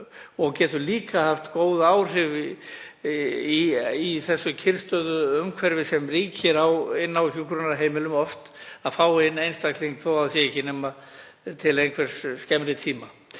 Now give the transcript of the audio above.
og getur líka oft haft góð áhrif í því kyrrstöðuumhverfi sem ríkir inni á hjúkrunarheimilum, að fá inn einstakling þó að það sé ekki nema til skemmri tíma.